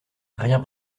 rien